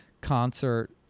concert